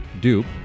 dupe